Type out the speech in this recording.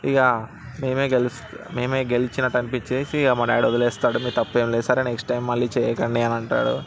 ఇక మేమే గెలుస్తాం మేమే గెలిచినట్టు అనిపించేసి మా డాడ్ వదిలేస్తాడు మీ తప్పేం లేదు సరే నెక్స్ట్ టైమ్ మళ్ళీ చేయకండి అని అంటాడు